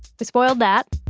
but spoiled that.